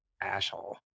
asshole